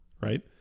right